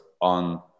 on